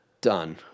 done